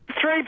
Three